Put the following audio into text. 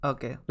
Okay